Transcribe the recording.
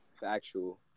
Factual